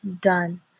done